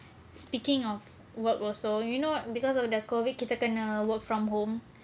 speaking of work also you not because of the COVID kita kena work from home